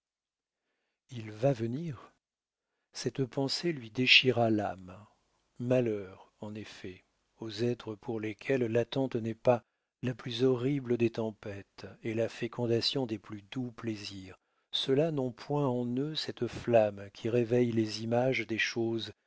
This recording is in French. il va venir cette pensée lui déchira l'âme malheur en effet aux êtres pour lesquels l'attente n'est pas la plus horrible des tempêtes et la fécondation des plus doux plaisirs ceux-là n'ont point en eux cette flamme qui réveille les images des choses